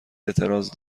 اعتراض